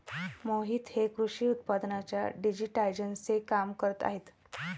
मोहित हे कृषी उत्पादनांच्या डिजिटायझेशनचे काम करत आहेत